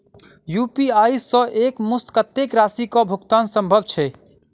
UPI सऽ एक मुस्त कत्तेक राशि कऽ भुगतान सम्भव छई?